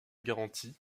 garantie